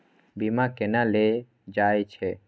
बीमा केना ले जाए छे?